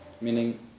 Meaning